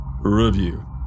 review